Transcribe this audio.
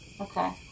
Okay